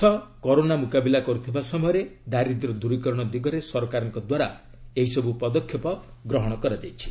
ଦେଶ କରୋନା ମୁକାବିଲା କରୁଥିବା ସମୟରେ ଦାରିଦ୍ର୍ୟ ଦୂରୀକରଣ ଦିଗରେ ସରକାରଙ୍କଦ୍ୱାରା ଏହିସବୁ ପଦକ୍ଷେପ ଗ୍ରହଣ କରାଯାଇଛି